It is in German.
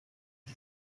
die